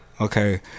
okay